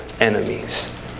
enemies